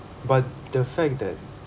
but the fact that